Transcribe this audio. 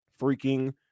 freaking